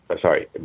Sorry